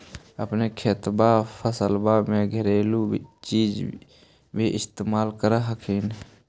अपने खेतबा फसल्बा मे घरेलू चीज भी इस्तेमल कर हखिन?